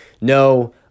no